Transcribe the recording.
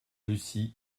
lucie